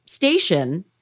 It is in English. station